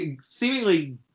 seemingly